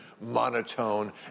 monotone